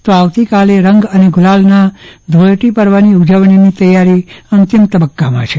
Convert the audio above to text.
તો આવતીકાલે રંગ અને ગુલાલના પર્વની ઉજવણીની તૈયારી અંતિમ તબક્કામાં છે